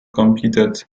competed